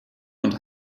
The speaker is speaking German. und